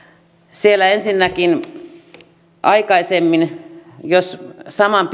siellä ensinnäkin aikaisemmin jos saman